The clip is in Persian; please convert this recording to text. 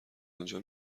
آنجا